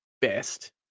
best